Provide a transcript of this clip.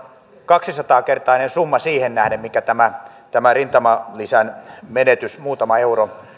kaksisataa kertainen summa siihen nähden mikä tämä rintamalisän menetys muutama euro